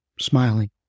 smiling